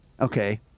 Okay